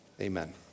amen